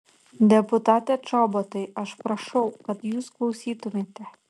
deputate čobotai aš prašau kad jūs klausytumėte